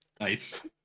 Nice